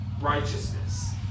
righteousness